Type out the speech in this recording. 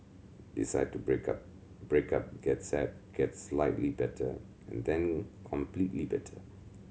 decide to break up break up get sad get slightly better and then completely better